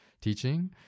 teaching